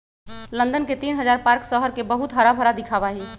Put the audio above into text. London के तीन हजार पार्क शहर के बहुत हराभरा दिखावा ही